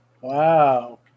Wow